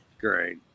Great